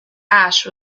ash